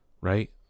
right